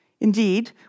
Indeed